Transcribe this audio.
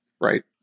Right